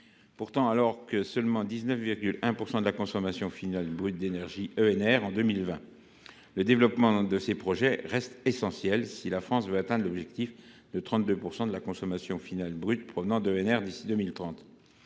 Pourtant, alors que seulement 19,1 % de la consommation finale brute d’énergie provenait d’EnR en 2020, le développement de ces projets reste essentiel si la France veut atteindre son objectif de 32 % de la consommation finale brute d’énergie provenant d’EnR d’ici à 2030.